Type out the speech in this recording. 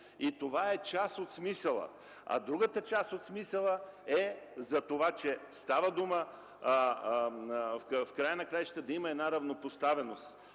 Това е част от смисъла. А другата част от смисъла е за това, че става дума в края на краищата да има една равнопоставеност